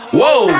whoa